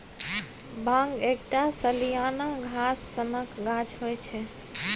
भांग एकटा सलियाना घास सनक गाछ होइ छै